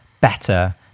better